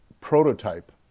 prototype